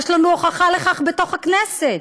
יש לנו הוכחה לכך בתוך הכנסת.